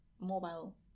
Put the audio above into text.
mobile